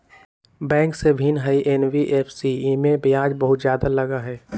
Bank से भिन्न हई एन.बी.एफ.सी इमे ब्याज बहुत ज्यादा लगहई?